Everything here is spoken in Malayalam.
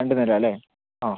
രണ്ടു നില അല്ലെ ആ